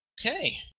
Okay